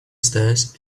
stairs